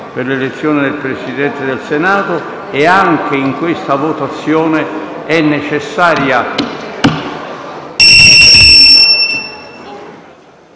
per l'elezione del Presidente del Senato. Anche in questa votazione è necessaria